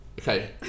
Okay